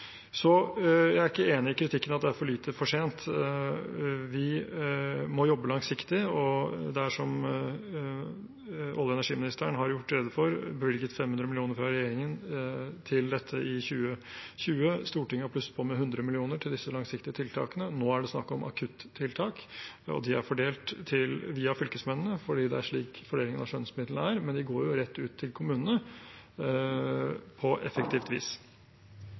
Jeg er altså ikke enig i kritikken om at det er for lite, for sent. Vi må jobbe langsiktig, og det er – som olje- og energiministeren har gjort rede for – bevilget 500 mill. kr fra regjeringen til dette i 2020. Stortinget har plusset på med 100 mill. kr til disse langsiktige tiltakene. Nå er det snakk om akuttiltak, og de er fordelt via fylkesmennene fordi det er slik fordelingen av skjønnsmidlene er, men de går jo rett ut til kommunene, på effektivt vis.